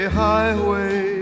highway